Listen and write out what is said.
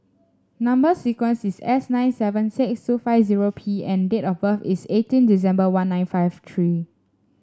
number sequence is S nine seven six two five zero P and date of birth is eighteen December one nine five three